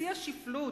לשיא השפלות,